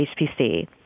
HPC